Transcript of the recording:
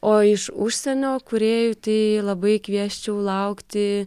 o iš užsienio kūrėjų tai labai kviesčiau laukti